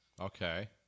Okay